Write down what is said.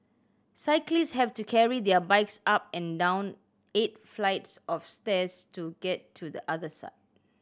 cyclist have to carry their bikes up and down eight flights of stairs to get to the other side